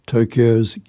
Tokyo's